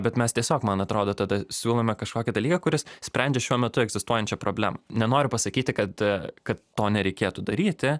bet mes tiesiog man atrodo tada siūlome kažkokį dalyką kuris sprendžia šiuo metu egzistuojančią problemą nenoriu pasakyti kad kad to nereikėtų daryti